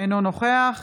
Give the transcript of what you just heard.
אינו נוכח